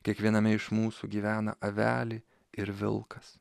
kiekviename iš mūsų gyvena avelė ir vilkas